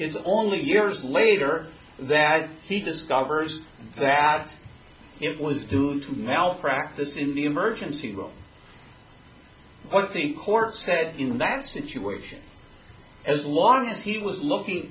was only years later that he discovers that it was due to malpractise in the emergency room but the court said in that situation as long as he was looking